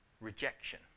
rejection